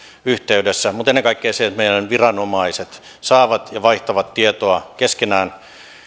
yhteydessä mutta ennen kaikkea meidän viranomaiset saavat ja vaihtavat tietoa keskenään